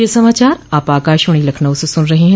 ब्रे क यह समाचार आप आकाशवाणी लखनऊ से सुन रहे हैं